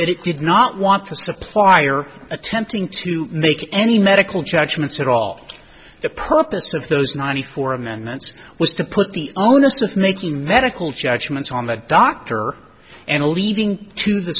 that it did not want to supply or attempting to make any medical judgment at all the purpose of those ninety four amendments was to put the onus of making medical judgments on the doctor and leaving to the